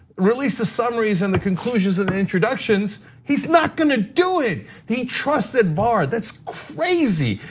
release the summaries, and the conclusions, and the introductions, he's not gonna do it, he trusted barr. that's crazy,